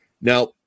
Now